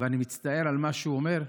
ואני מצטער על מה שהוא אומר,